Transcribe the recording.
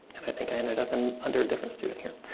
and i think i ended up and under a different student here,